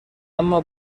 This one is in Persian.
اما